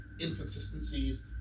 inconsistencies